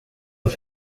los